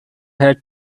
had